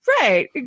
Right